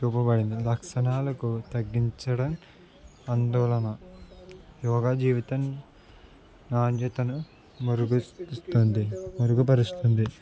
చూపబడింది లక్షణాలకు తగ్గించడం ఆందోళన యోగా జీవితం నాణ్యతను మురుగుస్తుంది మురుగుపరుస్తుంది